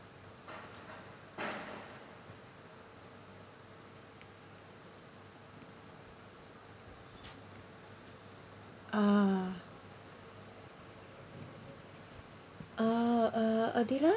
uh uh uh adilah